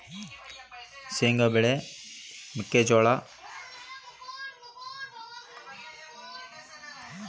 ಕಬ್ಬಿಣದ ಅಂಶ ಇರೋ ಕೆಂಪು ಮಣ್ಣಿನಲ್ಲಿ ಹೆಚ್ಚು ಬೆಳೆ ಯಾವುದು ಬೆಳಿಬೋದು?